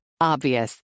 Obvious